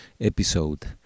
episode